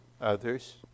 Others